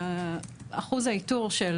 אחוז האיתור של